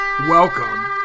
Welcome